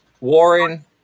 warren